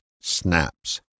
snaps